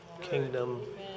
Kingdom